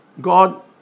God